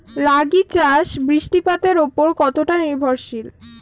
রাগী চাষ বৃষ্টিপাতের ওপর কতটা নির্ভরশীল?